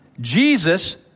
Jesus